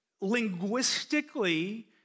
Linguistically